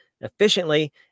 efficiently